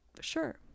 sure